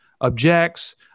objects